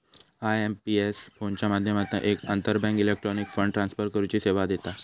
IMPS फोनच्या माध्यमातना एक आंतरबँक इलेक्ट्रॉनिक फंड ट्रांसफर करुची सेवा देता